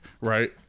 right